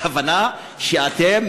הכוונה שאתם,